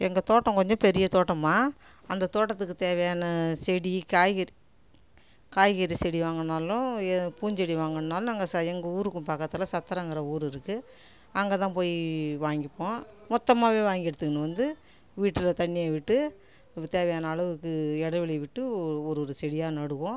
எங்கள் தோட்டம் கொஞ்சம் பெரிய தோட்டம்மாக அந்த தோட்டத்துக்கு தேவையான செடி காய்கறி காய்கறி செடி வாங்கணும்னாலும் பூஞ்செடி வாங்கணும்னாலும் நாங்கள் எங்கள் ஊருக்கு பக்கத்தில் சத்ரம்ங்குற ஊர் இருக்குது அங்கே தான் போய் வாங்கிப்போம் மொத்தமாகவே வாங்கி எடுத்துகிட்டு வந்து வீட்டு தண்ணீய விட்டு தேவையான அளவுக்கு இடைவெளி விட்டு ஒரு ஒரு செடியாக நடுவோம்